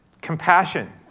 compassion